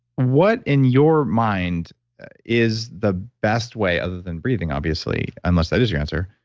what in your mind is the best way other than breathing, obviously, unless that is your answer,